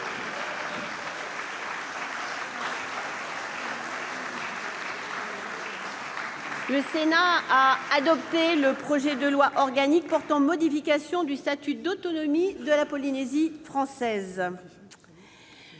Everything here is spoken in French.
Le Sénat a adopté le projet de loi organique portant modification du statut d'autonomie de la Polynésie française.